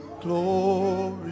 Glory